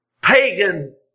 pagan